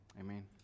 Amen